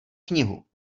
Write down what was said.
knihu